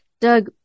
Doug